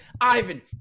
Ivan